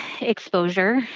exposure